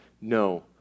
No